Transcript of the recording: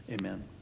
amen